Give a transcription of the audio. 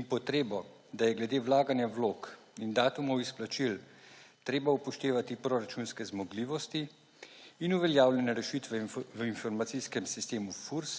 in potrebo, da je glede vlaganja vlog in datumom izplačil, treba upoštevati proračunske zmogljivosti in uveljavljene rešitve v informacijskem sistemu FURS,